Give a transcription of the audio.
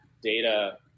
data